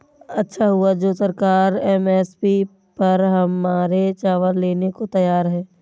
अच्छा हुआ जो सरकार एम.एस.पी पर हमारे चावल लेने को तैयार है